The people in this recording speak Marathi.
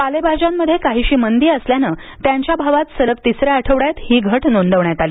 पालेभाज्यांमध्ये काहीशी मंदी असल्यानं त्यांच्या भावात सलग तिसऱ्या आठवड्यात ही घट नोंदवण्यात आली